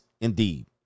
indeed